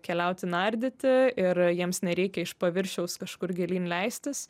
keliauti nardyti ir jiems nereikia iš paviršiaus kažkur gilyn leistis